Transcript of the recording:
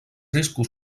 riscos